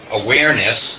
awareness